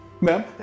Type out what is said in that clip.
ma'am